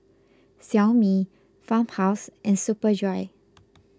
Xiaomi Farmhouse and Superdry